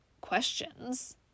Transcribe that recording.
questions